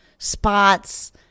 spots